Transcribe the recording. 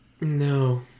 No